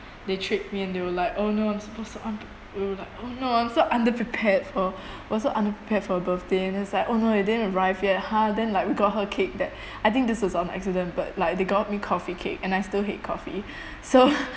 they tricked me and they were like oh no I'm super so unpr~ uh like oh no I'm so underprepared for was so underprepared for a birthday and it's like oh no it didn't arrive yet !huh! then like we got her cake that I think this is on accident but like they got me coffee cake and I still hate coffee so